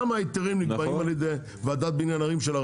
גם ההיתרים נקבעים על ידי ועדת בניין ערים של הרשות.